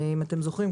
אם אתם זוכרים,